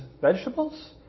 vegetables